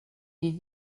wie